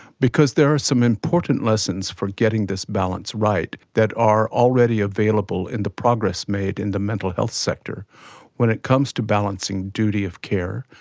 because there are some important lessons for getting this balance right that are already available in the progress made in the mental health sector when it comes to balancing duty of care,